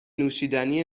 نوشیدنی